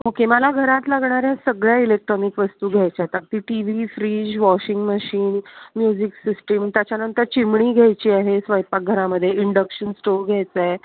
okay मला घरात लागणाऱ्या सगळ्या इलेक्ट्रॉनिक वस्तू घ्यायच्या आहेत अगदी T V fridge washing machine music system त्याच्यानंतर चिमणी घ्यायची आहे स्वयंपाकघरामध्ये इंडक्शन स्टोव घ्यायचा आहे